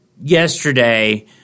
yesterday